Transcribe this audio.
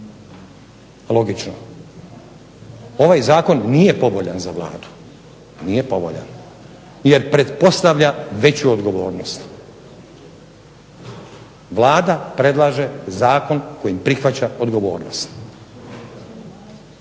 logično. Ovaj Zakon nije povoljan za Vladu jer pretpostavlja veću odgovornost, Vlada predlaže zakon kojim prihvaća odgovornost.